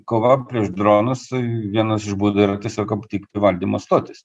kova prieš dronus vienas iš būdų yra tiesiog aptikti valdymo stotis